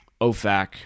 OFAC